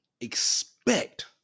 expect